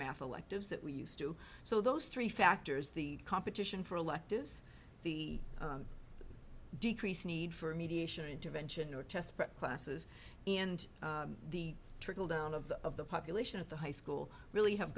math electives that we used to so those three factors the competition for electives the decreased need for a mediation intervention or test prep classes and the trickle down of the of the population at the high school really have